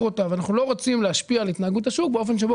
אותה ואנחנו לא רוצים להשפיע על התנהגות השוק באופן שבו,